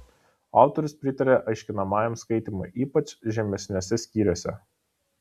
autorius pritaria aiškinamajam skaitymui ypač žemesniuose skyriuose